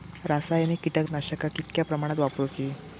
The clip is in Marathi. रासायनिक कीटकनाशका कितक्या प्रमाणात वापरूची?